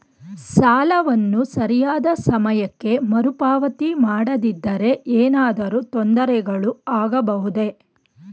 ಸಾಲವನ್ನು ಸರಿಯಾದ ಸಮಯಕ್ಕೆ ಮರುಪಾವತಿ ಮಾಡದಿದ್ದರೆ ಏನಾದರೂ ತೊಂದರೆಗಳು ಆಗಬಹುದೇ?